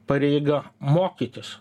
pareiga mokytis